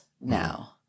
now